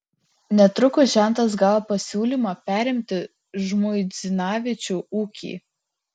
netrukus žentas gavo pasiūlymą perimti žmuidzinavičių ūkį